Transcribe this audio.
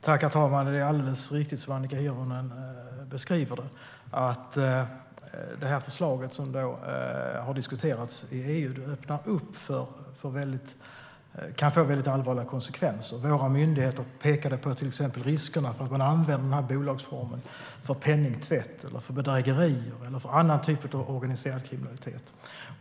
Herr talman! Det är alldeles riktigt som Annika Hirvonen säger. Förslaget som har diskuterats i EU kan få allvarliga konsekvenser. Våra myndigheter har pekat på riskerna att bolagsformen kommer att användas för penningtvätt, bedrägerier eller för annan typ av organiserad kriminalitet.